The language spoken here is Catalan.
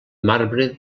marbre